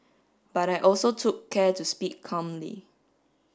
but I also took care to speak calmly